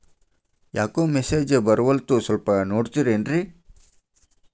ಯಾಕೊ ಮೆಸೇಜ್ ಬರ್ವಲ್ತು ಸ್ವಲ್ಪ ನೋಡ್ತಿರೇನ್ರಿ?